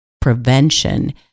prevention